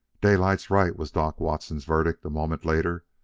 daylight's right, was doc watson's verdict, a moment later.